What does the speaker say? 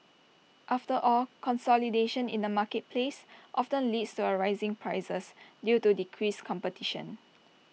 after all consolidation in the marketplace often leads to A rising prices due to decreased competition